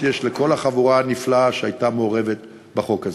לכל החבורה הנפלאה שהייתה מעורבת בחוק הזה.